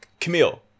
Camille